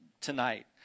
tonight